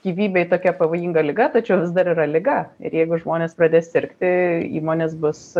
gyvybei tokia pavojinga liga tačiau vis dar yra liga ir jeigu žmonės pradės sirgti įmonės bus